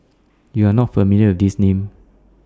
YOU Are not familiar with These Names